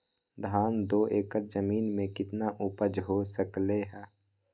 धान दो एकर जमीन में कितना उपज हो सकलेय ह?